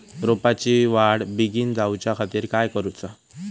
रोपाची वाढ बिगीन जाऊच्या खातीर काय करुचा?